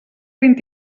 vint